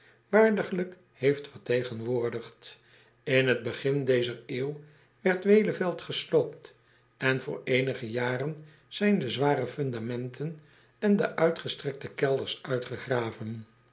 waardiglijk heeft vertegenwoordigd n het begin dezer eeuw werd eleveld gesloopt en voor eenige jaren zijn de zware fundamenten en de uitgestrekte kelders uitgegraven